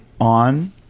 on